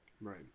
Right